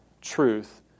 truth